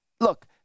look